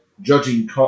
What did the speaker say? Judging